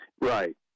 Right